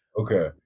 Okay